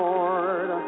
Lord